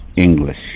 English